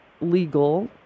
legal